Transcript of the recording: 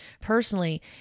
personally